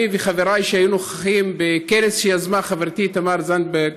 אני וחבריי שהיו נוכחים בכנס שיזמה חברתי תמר זנדברג,